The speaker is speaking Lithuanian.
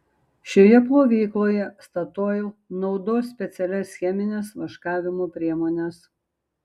šioje plovykloje statoil naudos specialias chemines vaškavimo priemones